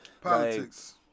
Politics